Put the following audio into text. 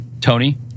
Tony